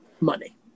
money